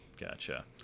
Gotcha